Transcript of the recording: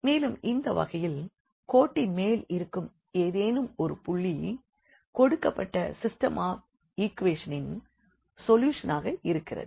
மேலும் இந்த வகையில் கோட்டின் மேல் இருக்கும் ஏதேனும் ஒரு புள்ளி கொடுக்கப்பட்ட சிஸ்டம் ஆஃப் ஈக்வேஷன் ன் சொல்யூஷன்ஆக இருக்கிறது